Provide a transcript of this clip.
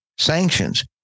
Sanctions